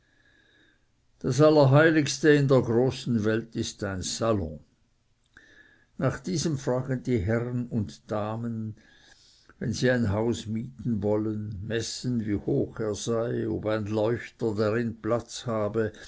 das allerheiligste in der großen welt ist ein salon nach diesem fragen die herrn und damen wenn sie ein haus mieten wollen messen wie hoch er sei ob ein leuchter darin platz habe